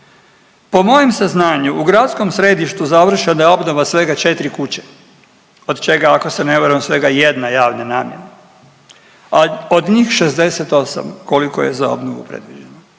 Po mojem saznanju u gradskom središtu završena je obnova svega 4 kuće, od čega ako se ne varam svega je jedna javne namjene od njih 68 koliko je za obnovu predviđeno.